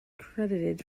credited